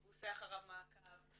הוא עושה אחריו מעקב.